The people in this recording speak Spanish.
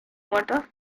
muertos